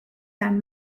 and